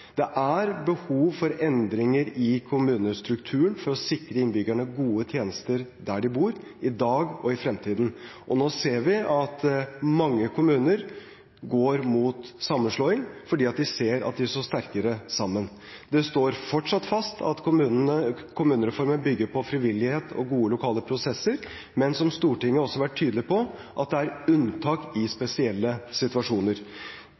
Det er behov for endringer i kommunestrukturen for å sikre innbyggerne gode tjenester der de bor i dag og i fremtiden. Nå ser vi at mange kommuner går mot sammenslåing fordi de ser at de står sterkere sammen. Det står fortsatt fast at kommunereformen bygger på frivillighet og gode lokale prosesser, men, som Stortinget også har vært tydelig på, at det er unntak i spesielle situasjoner.